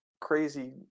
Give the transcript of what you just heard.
crazy